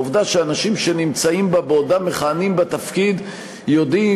העובדה שאנשים שנמצאים בה בעודם מכהנים בתפקיד יודעים